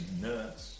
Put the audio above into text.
nuts